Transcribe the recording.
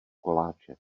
koláče